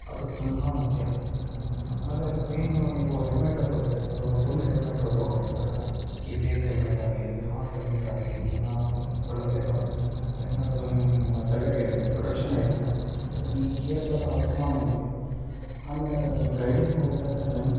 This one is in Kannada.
ಅದು ತುಂಬ ಮುಖ್ಯ ಆಮೇಲೆ ಮೇಯ್ನು ನೀವು ಹೆಲ್ಮೆಟ್ಟಲ್ಲೂ ಅಷ್ಟೇ ಇವಾಗ ಫುಲ್ ಹೆಲ್ಮೆಟ್ಟು ತೊಗೋಬೇಕಾಗುತ್ತೆ ಈ ಫೇಸ್ ಹೆಲ್ಮೆಟ್ಟಾಗಲೀ ಈ ಹಾಫ್ ಹೆಲ್ಮೆಟ್ಟಾಗಲೀ ಇದನ್ನು ಬಳಸಲೇಬಾರ್ದು ಯಾಕೆಂದರೆ ಅದು ನಿಮ್ಮ ತಲೆಗೆ ಪ್ರೊಟೆಕ್ಷನ್ನೇ ಇರೋಲ್ಲ ಈ ಗೇರ್ಸ್ ಎಲ್ಲ ತುಂಬಾ ಮುಖ್ಯ ಆಮೇಲೆ ನೀವು ರೈಡಿಂಗ್ ಹೋಗಬೇಕಾದ್ರೆ